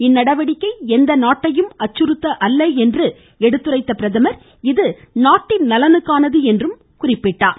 இந்த நடவடிக்கை எந்த நாட்டையும் அச்சுறுத்த அல்ல என்று எடுத்துரைத்த பிரதமர் இது நாட்டின் நலனுக்கானது என சுட்டிக்காட்டினார்